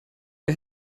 wer